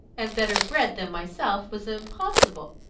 and better bred than myself was impossible,